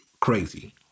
Crazy